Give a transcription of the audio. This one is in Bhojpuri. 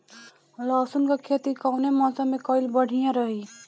लहसुन क खेती कवने मौसम में कइल बढ़िया रही?